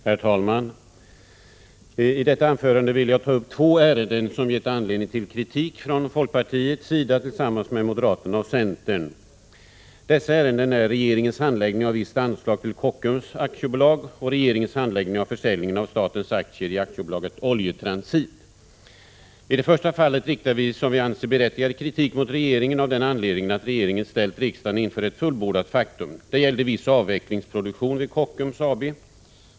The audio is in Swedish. Herr talman! I detta anförande vill jag ta upp två ärenden som gett anledning till kritik från folkpartiet tillsammans med moderaterna och centern. Dessa ärenden är regeringens handläggning av visst anslag till Kockums AB och av försäljningen av statens aktier i AB Oljetransit. I det första fallet riktar vi, som vi anser, berättigad kritik mot regeringen av den anledningen att regeringen ställt riksdagen inför ett fullbordat faktum. Det gällde viss avvecklingsproduktion vid Kockums AB.